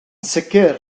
sicr